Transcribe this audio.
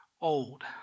old